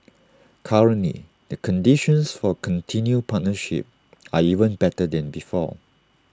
currently the conditions for A continued partnership are even better than before